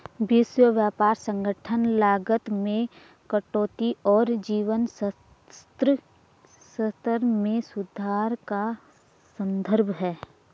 विश्व व्यापार संगठन लागत में कटौती और जीवन स्तर में सुधार का स्तंभ है